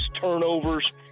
turnovers